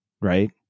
right